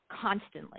constantly